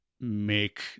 make